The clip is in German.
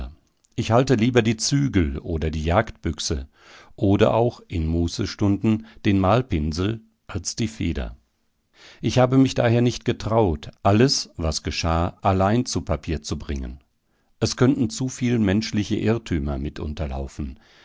ich halte lieber die zügel oder die jagdbüchse oder auch in mußestunden den malpinsel als die feder ich habe mich daher nicht getraut alles was geschah allein zu papier zu bringen es könnten zuviel menschliche irrtümer